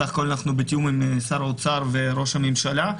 בסך הכול אנחנו בתיאום עם שר האוצר וראש הממשלה.